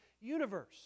universe